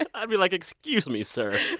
but i'd be like, excuse me, sir.